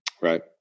Right